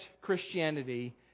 Christianity